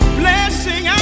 blessing